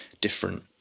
different